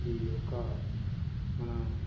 అది ఒక మన